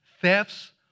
Thefts